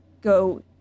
go